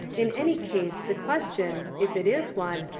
in any case the question, if it is one,